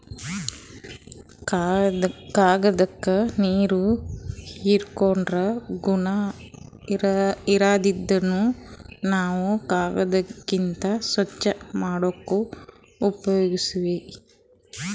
ಕಾಗ್ದಾಕ್ಕ ನೀರ್ ಹೀರ್ಕೋ ಗುಣಾ ಇರಾದ್ರಿನ್ದ ನಾವ್ ಕಾಗದ್ಲಿಂತ್ ಸ್ವಚ್ಚ್ ಮಾಡ್ಲಕ್ನು ಉಪಯೋಗಸ್ತೀವ್